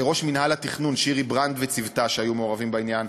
לראש מינהל התכנון שירי ברנד וצוותה שהיו מעורב בעניין,